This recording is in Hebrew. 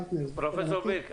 פרטנר -- פרופ' בירק,